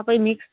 सबै मिक्स